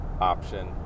option